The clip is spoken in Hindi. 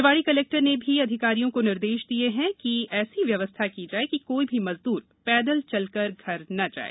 निवाणी कलेक्टर ने भी अधिकारियों को निर्देष दिए हैं कि ऐसी व्यवस्था कि जाए कि कोई भी मजदूर पैदल चलकर घर ना जाए